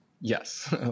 Yes